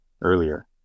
earlier